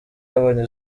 yabonye